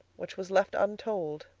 which was left untold.